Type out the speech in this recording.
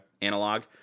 analog